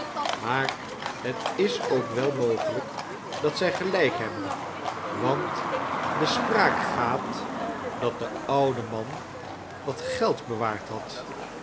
maar het is ook wel mogelijk dat zij gelijk hebben want de spraak gaat dat nelly de oude man wat geld bewaard had